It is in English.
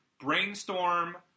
Brainstorm